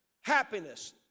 happiness